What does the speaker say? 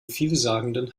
vielsagenden